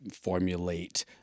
formulate